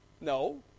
no